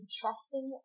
trusting